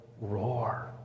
roar